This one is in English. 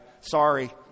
Sorry